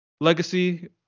legacy